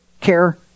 care